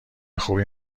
خوبی